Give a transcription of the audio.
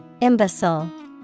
Imbecile